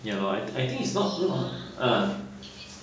you know I think it's not not on ha